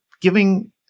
giving